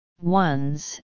ones